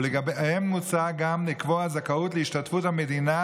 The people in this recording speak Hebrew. ולגביהם מוצע גם לקבוע זכאות להשתתפות המדינה